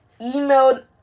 emailed